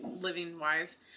living-wise